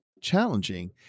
challenging